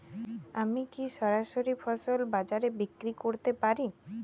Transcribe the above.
আমি কি সরাসরি ফসল বাজারে বিক্রি করতে পারি?